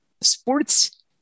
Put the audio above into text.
sports